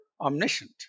omniscient